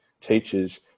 teachers